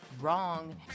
Wrong